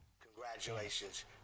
Congratulations